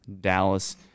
Dallas